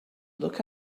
look